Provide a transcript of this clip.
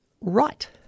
right